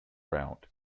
route